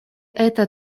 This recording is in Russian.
это